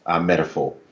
metaphor